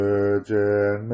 Virgin